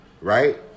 right